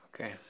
Okay